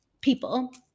people